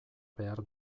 behar